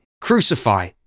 Crucify